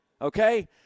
okay